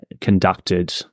conducted